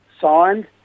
signed